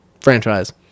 franchise